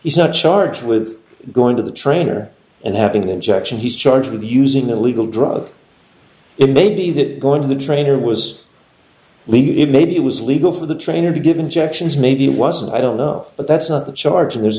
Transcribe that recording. he's not charged with going to the trainer and having an injection he's charged with using illegal drugs it may be that going to the trainer was leave it maybe it was legal for the trainer to give injections maybe wasn't i don't know but that's not the charge there's